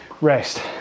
rest